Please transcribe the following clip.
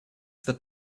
that